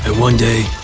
ah one day,